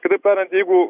kitaip tariant jeigu